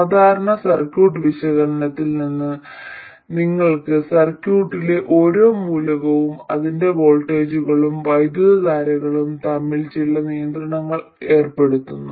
സാധാരണ സർക്യൂട്ട് വിശകലനത്തിൽ നിന്ന് നിങ്ങൾക്ക് സർക്യൂട്ടിലെ ഓരോ മൂലകവും അതിന്റെ വോൾട്ടേജുകളും വൈദ്യുതധാരകളും തമ്മിൽ ചില നിയന്ത്രണങ്ങൾ ഏർപ്പെടുത്തുന്നു